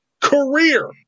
Career